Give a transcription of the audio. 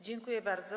Dziękuję bardzo.